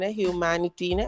humanity